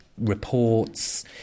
reports